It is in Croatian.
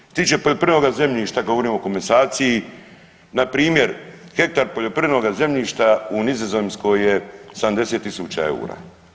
Što se tiče poljoprivrednoga zemljišta, govorim o komasaciji na primjer hektar poljoprivrednog zemljišta u Nizozemskoj je 70 000 eura.